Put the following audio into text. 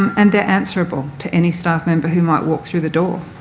and they're answerable to any staff member who might walk through the door,